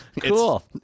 Cool